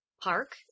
park